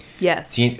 Yes